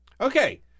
Okay